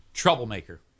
Troublemaker